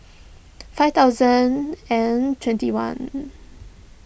five thousand and twenty one